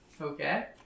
Okay